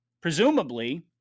presumably